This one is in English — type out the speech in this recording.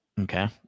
Okay